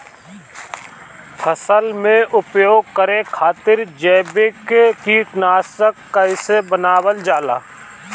फसल में उपयोग करे खातिर जैविक कीटनाशक कइसे बनावल जाला?